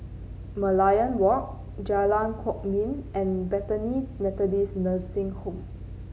Merlion Walk Jalan Kwok Min and Bethany Methodist Nursing Home